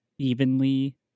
Evenly